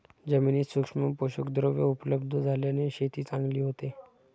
जमिनीत सूक्ष्म पोषकद्रव्ये उपलब्ध झाल्याने शेती चांगली होते